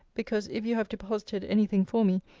because if you have deposited any thing for me,